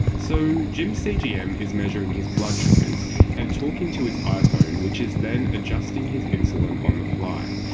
so jim's cgm is measuring his blood sugars and talking to his iphone which is then adjusting his insulin on the fly.